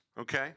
okay